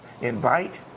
invite